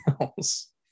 else